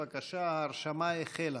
בבקשה, ההרשמה החלה.